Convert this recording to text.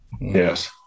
Yes